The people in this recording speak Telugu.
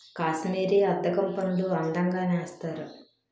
కాశ్మీరీ అద్దకం పనులు అందంగా నేస్తారు